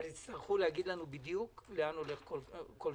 אבל יצטרכו להגיד לנו בדיוק לאן הולך כל שקל,